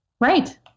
right